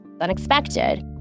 unexpected